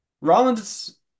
rollins